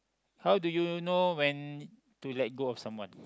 how do you know when to let go of someone